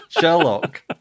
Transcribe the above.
Sherlock